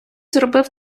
зробив